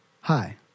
Hi